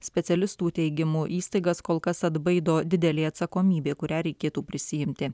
specialistų teigimu įstaigas kol kas atbaido didelė atsakomybė kurią reikėtų prisiimti